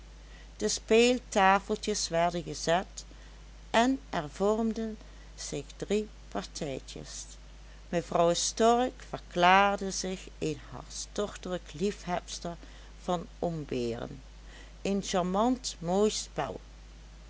de speeltafeltjes werden gezet en er vormden zich drie partijtjes mevrouw stork verklaarde zich een hartstochtelijk liefhebster van omberen een charmant mooi spel